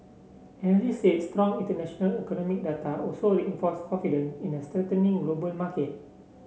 analysts said strong international economic data also reinforced confidence in a strengthening global market